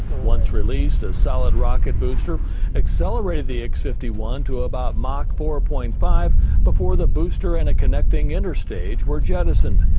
once released, a solid rocket booster accelerated the x fifty one to about mach four. five before the booster and a connecting interstage were jettisoned.